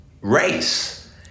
race